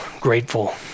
grateful